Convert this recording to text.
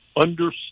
understand